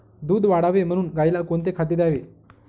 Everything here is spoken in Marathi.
दूध वाढावे म्हणून गाईला कोणते खाद्य द्यावे?